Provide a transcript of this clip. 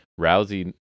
Rousey